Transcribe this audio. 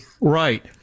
Right